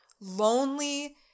lonely